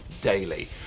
daily